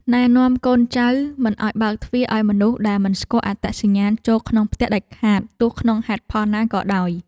ណែនាំកូនចៅមិនឱ្យបើកទ្វារឱ្យមនុស្សដែលមិនស្គាល់អត្តសញ្ញាណចូលក្នុងផ្ទះដាច់ខាតទោះក្នុងហេតុផលណាក៏ដោយ។